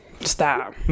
Stop